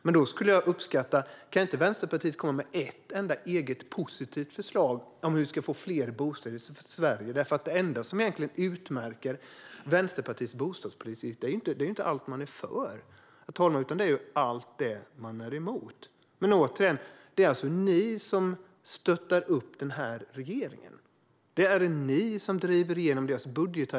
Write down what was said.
Men jag skulle uppskatta om Vänsterpartiet kunde komma med ett eget, positivt förslag om hur vi ska få fler bostäder i Sverige. Det som utmärker Vänsterpartiets bostadspolitik är ju inte allt det man är för utan allt det man är emot. Återigen: Det är ni som stöttar regeringen. Det är ni som driver igenom regeringens budgetar.